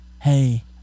hey